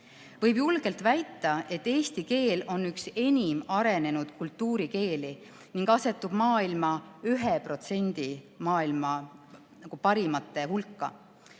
Võib julgelt väita, et eesti keel on üks enim arenenud kultuurkeeli ning asetub selles mõttes maailma 1% parimate hulka.